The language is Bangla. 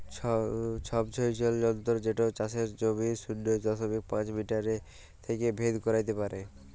ছবছৈলর যলত্র যেট চাষের জমির শূন্য দশমিক পাঁচ মিটার থ্যাইকে ভেদ ক্যইরতে পারে